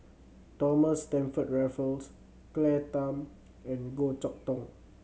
Thomas Stamford Raffles Claire Tham and Goh Chok Tong